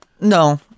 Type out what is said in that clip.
no